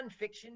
nonfiction